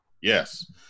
Yes